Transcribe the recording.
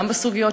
גם בסוגיות,